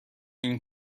این